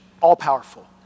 all-powerful